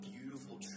beautiful